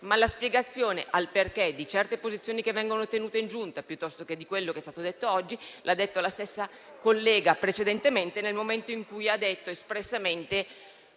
La spiegazione del motivo per cui certe posizioni vengono tenute in Giunta o di quello che è stato detto oggi l'ha fatta la stessa collega precedentemente, nel momento in cui ha detto espressamente: